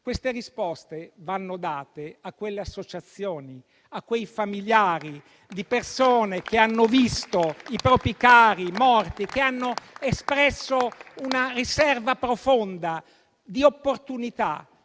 Queste risposte vanno date a quelle associazioni, a quei familiari di persone che hanno visto i propri cari morti, che hanno espresso una riserva profonda di opportunità.